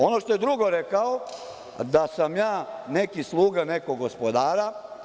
Ono što je drugo rekao jeste da sam ja neki sluga nekog gospodara.